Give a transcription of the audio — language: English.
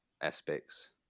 aspects